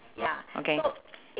okay